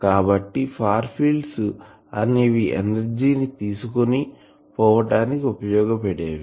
కాబట్టి far fields అనేవి energy ని తీసుకోని పోవుటనికి ఉపయోగపడేవి